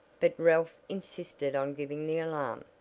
but ralph insisted on giving the alarm.